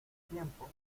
tiempo